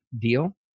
deal